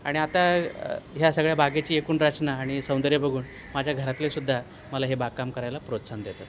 आणि आता ह्या सगळ्या बागेची एकूण रचना आणि सौंदर्य बघून माझ्या घरातलेसुद्धा मला हे बागकाम करायला प्रोत्साहन देतात